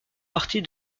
partie